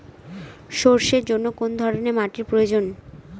সরষের জন্য কোন ধরনের মাটির প্রয়োজন?